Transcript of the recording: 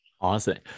Awesome